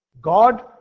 God